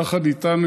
יחד איתנו,